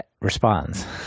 responds